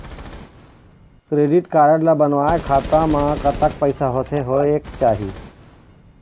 Credit card ला बनवाए खाता मा कतक पैसा होथे होएक चाही?